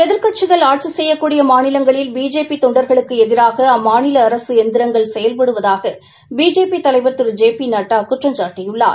ஏதிர்க்கட்சிகள் ஆட்சி செய்யக்கூடிய மாநிலங்களில் பிஜேபி தொண்டர்களுக்கு எதிராக அம்மாநில அரசு எந்திரங்கள் செயல்படுவதாக பிஜேபி தலைவர் திரு ஜெ பி நட்டா குற்றம்சாட்டியுள்ளார்